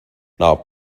now